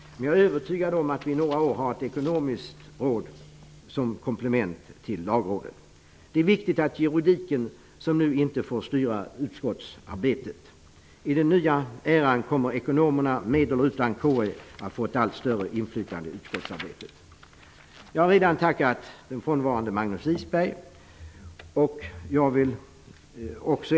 Men jag är övertygad om att vi om några år har ett ekonomiskt råd som komplement till Lagrådet. Juridiken får nu inte styra utskottsarbetet, och det är viktigt. I den nya eran kommer ekonomerna, med eller utan KU, att få ett allt större inflytande på utskottsarbetet. Jag har redan tackat den frånvarande Magnus Isberg.